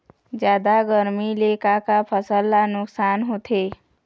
जादा गरमी ले का का फसल ला नुकसान होथे?